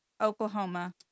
Oklahoma